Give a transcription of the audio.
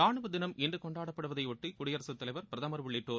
ரானுவ தினம் இன்று கொண்டாடப்படுவதையொட்டி குடியரசுத் தலைவர் பிரதமர் உள்ளிட்டோர்